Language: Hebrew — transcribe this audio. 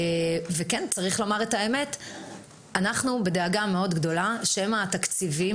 צריך לומר את האמת שאנחנו בדאגה מאוד גדולה שמא התקציבים